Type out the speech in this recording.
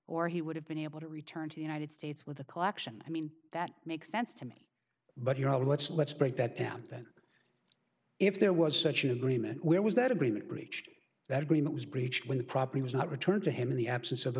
or he would have been able to return to the united states with the collection i mean that makes sense to me but you know let's let's break that that down if there was such an agreement where was that agreement reached that agreement was breached when the property was not returned to him in the absence of the